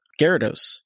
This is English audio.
Gyarados